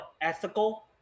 ethical